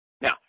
Now